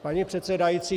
Paní předsedající...